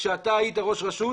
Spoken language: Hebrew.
כשאתה היית ראש רשות,